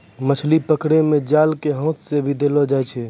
मछली पकड़ै मे जाल के हाथ से भी देलो जाय छै